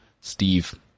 Steve